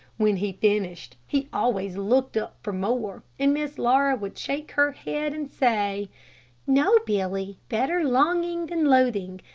when he finished he always looked up for more, and miss laura would shake her head and say no, billy better longing than loathing.